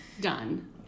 Done